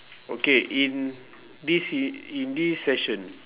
okay in this in this se~ in this session